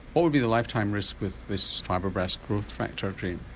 what would be the lifetime risk with this fibroblast growth factor gene?